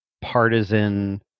partisan